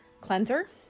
Cleanser